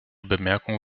bemerkung